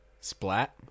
splat